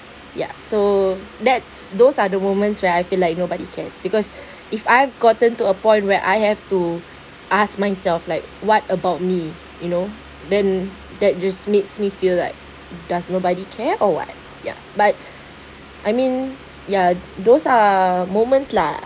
ya so that's those are the moments where I feel like nobody cares because if I've gotten to a point where I have to ask myself like what about me you know then that just makes me feel like does nobody care or what ya but I mean ya those are moments lah